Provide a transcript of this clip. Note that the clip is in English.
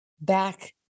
back